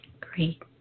Great